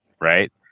right